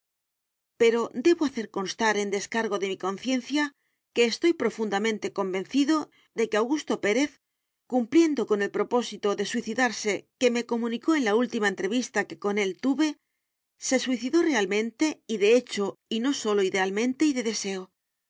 pero debo hacer constar en descargo de mi conciencia que estoy profundamente convencido de que augusto pérez cumpliendo el propósito de suicidarse que me comunicó en la última entrevista que con él tuve se suicidó realmente y de hecho y no sólo idealmente y de deseo